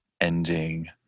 ending